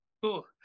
cool